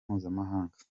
mpuzamahanga